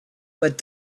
but